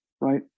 right